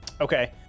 okay